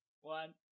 one